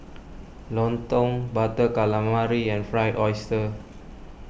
Lontong Butter Calamari and Fried Oyster